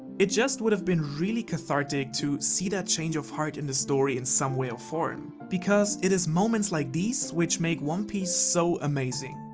it just would have been really cathartic to see that change of heart in the story in some way or form. because it is moments like these which make one piece so amazing.